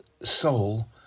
soul